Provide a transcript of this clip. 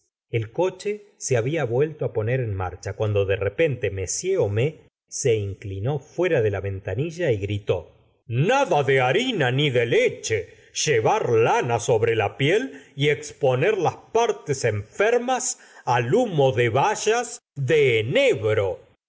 el coche se había vuelto á poner en marcha cuando de repente m homais se inclinó fuera de la ventanilla y gritó nada de harina ni de leche llevar lana sobre la piel y exponer las partes enfermas al humo de bayas de enebro el